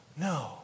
No